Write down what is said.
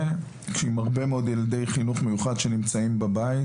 עם הרבה מאוד ילדי חינוך מיוחד שנמצאים בבית,